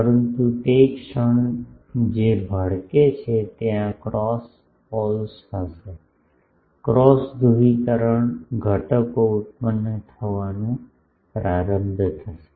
પરંતુ તે ક્ષણ જે ભડકે છે ત્યાં ક્રોસ પોલ્સ હશે ક્રોસ ધ્રુવીકરણ ઘટકો ઉત્પન્ન થવાનું પ્રારંભ થશે